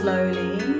Slowly